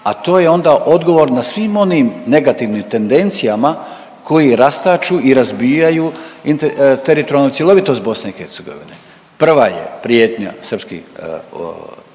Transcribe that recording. a to je onda odgovor na svim onim negativnim tendencijama koji rastaču i razbijaju teritorijalnu cjelovitost BiH. Prva je prijetnja srpski